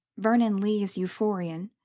vernon lee's euphorion,